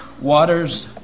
waters